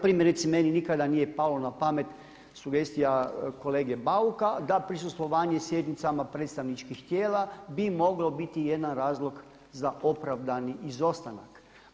Primjerice meni nikada nije palo na pamet sugestija kolege Bauka da prisustvovanje sjednicama predstavničkih tijela bi moglo biti jedan razlog za opravdani izostanak.